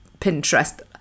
Pinterest